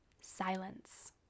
silence